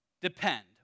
depend